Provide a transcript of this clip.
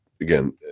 again